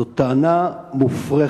זו טענה מופרכת,